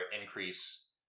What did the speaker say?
increase